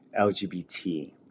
LGBT